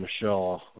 Michelle